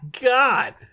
god